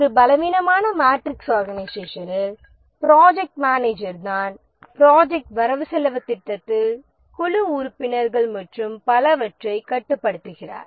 ஒரு பலவீனமான மேட்ரிக்ஸ் ஆர்கனைசேஷனில் ப்ராஜெக்ட் மேனேஜர் தான் ப்ராஜெக்ட் வரவு செலவுத் திட்டத்தில் குழு உறுப்பினர்கள் மற்றும் பலவற்றைக் கட்டுப்படுத்துகிறார்